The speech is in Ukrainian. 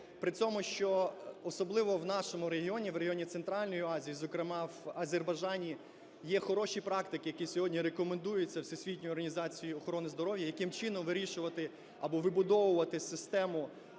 При цьому, що… особливо в нашому регіоні, в регіоні Центральної Азії, зокрема в Азербайджані, є хороші практики, які сьогодні рекомендуються Всесвітньою організацією охорони здоров'я, яким чином вирішувати або вибудовувати систему